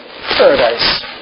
Paradise